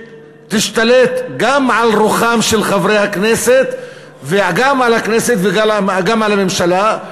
שתשתלט גם על רוחם של חברי הכנסת וגם על הכנסת וגם על הממשלה.